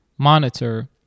monitor